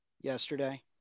Yesterday